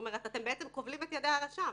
אתם כובלים את ידי הרשם.